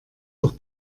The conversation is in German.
doch